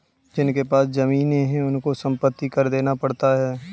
जिनके पास जमीने हैं उनको संपत्ति कर देना पड़ता है